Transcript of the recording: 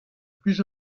plus